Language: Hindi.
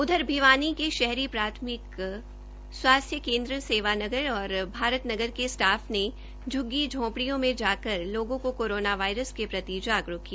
उधर भिवानी के शहरी प्राथमिक स्वास्थ्य केन्द्र सेवा नगर और भारत नगर के स्टाफ ने झुग्गी झोपड़ियों में जाकर लोगों को कोरोना वायरस के प्रति जागरूक किया